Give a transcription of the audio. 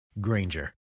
Granger